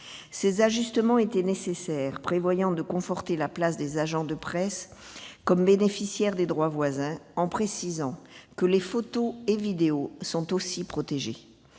Ces ajustements étaient nécessaires pour conforter la place des agences de presse comme bénéficiaires des droits voisins en précisant que les photos et vidéos sont aussi protégées.